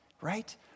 right